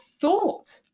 thought